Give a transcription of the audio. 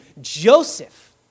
Joseph